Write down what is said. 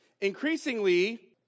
Increasingly